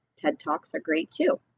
ted talks are great too.